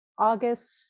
August